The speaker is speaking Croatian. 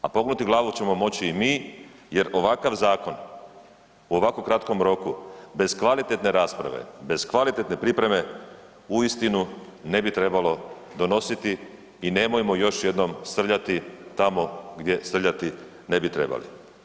A pognuti glavu ćemo moći i mi jer ovakav zakon u ovako kratkom roku, bez kvalitetne rasprave, bez kvalitetne pripreme, uistinu ne bi trebalo donositi i nemojmo još jednom srljati tamo gdje srljati ne bi trebali.